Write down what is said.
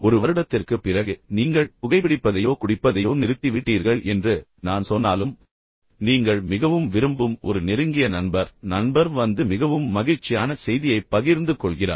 ஒரு வருடத்திற்குப் பிறகு நீங்கள் புகைபிடிப்பதையோ குடிப்பதையோ நிறுத்திவிட்டீர்கள் என்று நான் சொன்னாலும் நீங்கள் மிகவும் விரும்பும் ஒரு நெருங்கிய நண்பர் நண்பர் வந்து மிகவும் மகிழ்ச்சியான செய்தியைப் பகிர்ந்து கொள்கிறார்